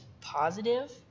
positive